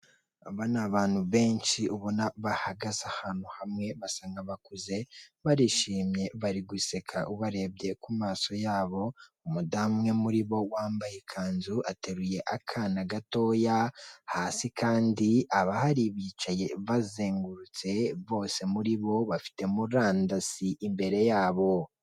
Aba ni abantu benshi ubona bahagaze ahantu hamwe basanga bakuze barishimye bariguseka ubarebye ku maso yabo, umudamu umwe muri bo wambaye ikanzu ateruye akana gatoya, hasi kandi abahari bicaye bazengurutse bose muri bo bafite murandasi imbere yabo.